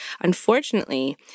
unfortunately